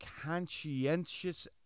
conscientious